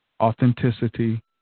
authenticity